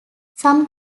some